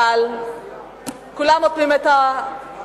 אבל כולם אוטמים את האוזניים,